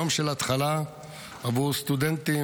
יום של התחלה עבור סטודנטים,